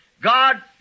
God